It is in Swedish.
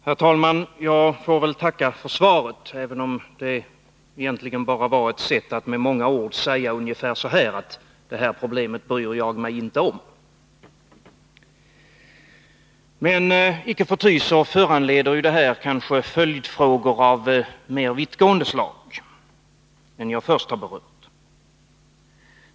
Herr talman! Jag får väl tacka för svaret, även om det egentligen bara var ett sätt att med många ord säga ungefär: Det här problemet bryr jag mig inte om. Icke förty föranleder detta svar följdfrågor av mer vittgående slag än dem jag först har berört.